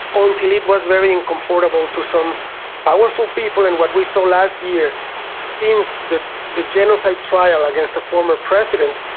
until it was a very uncomfortable to some powerful people, and what we saw last year since the the genocide trial against a former president,